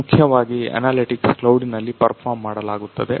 ಮುಖ್ಯವಾಗಿ ಅನಲೆಟಿಕ್ಸ್ ಕ್ಲೌಡಿನಲ್ಲಿ ಪರ್ಫಾರ್ಮ್ ಮಾಡುಲಾಗುತ್ತದೆ